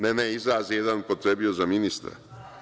Ne, izraz jedan je upotrebio za ministra?